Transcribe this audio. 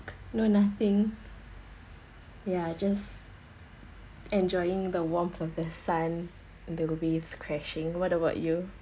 no nothing ya just enjoying the warmth of the sun and the waves crashing what about you